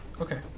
Okay